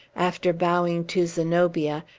after bowing to zenobia,